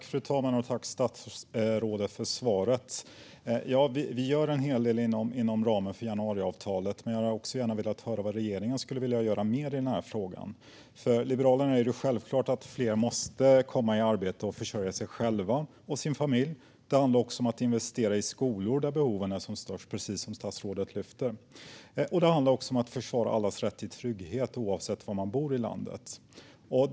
Fru talman! Tack, statsrådet, för svaret! Ja, vi gör en hel del inom ramen för januariavtalet. Men jag hade också gärna velat höra vad regeringen skulle vilja göra mer i den här frågan. För Liberalerna är det självklart att fler måste komma i arbete och försörja sig själva och sina familjer. Det handlar också om att investera i de skolor där behoven är som störst, precis som statsrådet sa. Det handlar också om att försvara allas rätt till trygghet oavsett var man bor i landet.